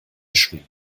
schwingen